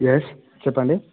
yes చెప్పండి